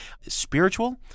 spiritual